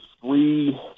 three